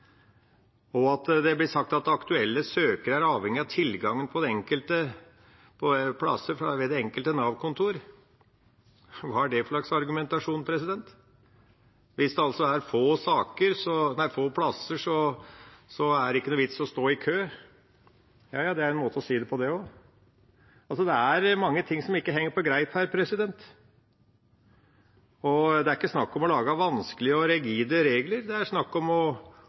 saker. Og det blir sagt at aktuelle søkere er avhengig av tilgang på plasser ved det enkelte Nav-kontor – hva er det for slags argumentasjon? Hvis det er få plasser, er det ikke noen vits i å stå i kø? Ja, ja, det er en måte å si det på, det også. Det er mange ting som ikke henger på greip her, og det er ikke snakk om å lage vanskelige og rigide regler; det er snakk om å